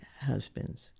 husband's